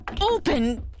open